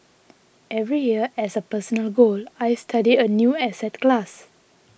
every year as a personal goal I study a new asset class